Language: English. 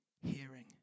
hearing